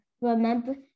remember